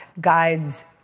guides